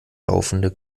laufende